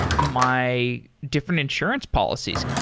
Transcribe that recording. my different insurance policies.